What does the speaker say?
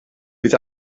bydd